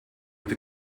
with